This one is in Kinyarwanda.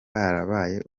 barabaye